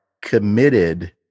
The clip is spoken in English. committed